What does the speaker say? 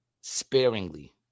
sparingly